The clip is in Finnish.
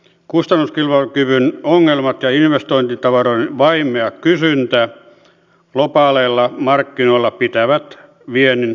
kustannuskilpailukyvyn ongelmat ja investointitavaroiden vaimea kysyntä globaaleilla markkinoilla pitävät viennin kasvun hitaana